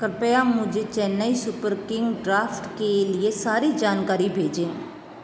कृपया मुझे Chennai Super King draft के लिए सारी जानकारी भेजें